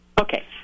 Okay